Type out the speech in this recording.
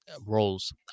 roles